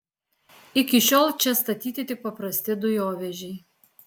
iki šiol čia statyti tik paprasti dujovežiai